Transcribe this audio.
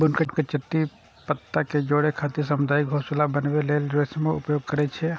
बुनकर चुट्टी पत्ता कें जोड़ै खातिर सामुदायिक घोंसला बनबै लेल रेशमक उपयोग करै छै